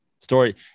story